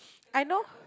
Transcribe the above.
I know